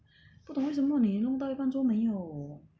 不懂为什么你弄到一半做没有